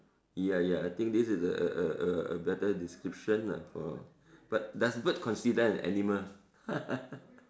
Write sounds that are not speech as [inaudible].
ya ya I think this is a a a a a better description lah for but does bird consider an animal [laughs]